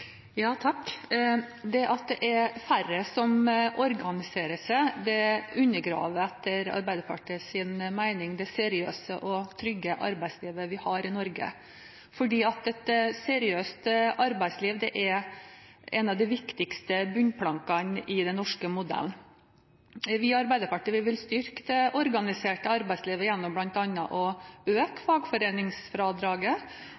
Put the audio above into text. Det at det er færre som organiserer seg, undergraver etter Arbeiderpartiets mening det seriøse og trygge arbeidslivet vi har i Norge, fordi et seriøst arbeidsliv er en av de viktigste bunnplankene i den norske modellen. Vi i Arbeiderpartiet vil styrke det organiserte arbeidslivet gjennom bl.a. å